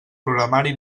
programari